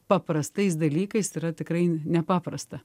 paprastais dalykais yra tikrai nepaprasta